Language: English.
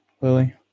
Lily